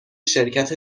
شرکت